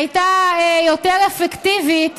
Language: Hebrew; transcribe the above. הייתה יותר אפקטיבית